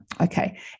okay